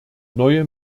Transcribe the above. neue